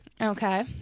Okay